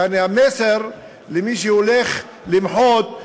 יעני המסר למי שהולך למחות,